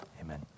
amen